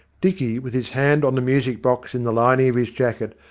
dicky, with his hand on the music box in the lining of his jacket,